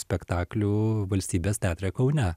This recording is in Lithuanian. spektaklių valstybės teatre kaune